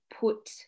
put